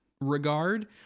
regard